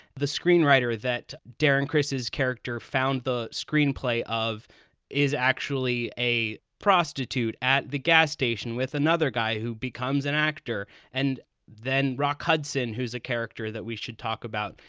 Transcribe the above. the screenwriter that darren chris's character found the screenplay of is actually a prostitute at the gas station with another guy who becomes an actor. and then rock hudson, who is a character that we should talk about,